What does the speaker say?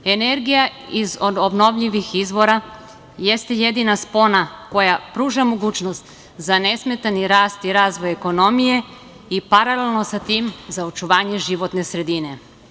Energija iz obnovljivih izvora jeste jedina spona koja pruža mogućnost za nesmetani rast i razvoj ekonomije i paralelno sa tim za očuvanje životne sredine.